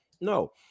No